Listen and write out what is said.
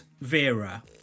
Vera